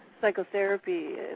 Psychotherapy